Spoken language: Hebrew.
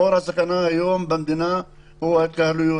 מקור הסכנה היום במדינה זה ההתקהלויות,